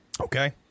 Okay